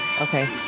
Okay